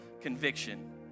conviction